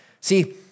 See